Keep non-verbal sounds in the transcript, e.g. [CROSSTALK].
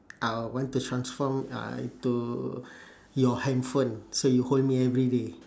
I would want to transform uh into [BREATH] your handphone so you hold me every day